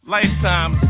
Lifetime